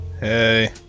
hey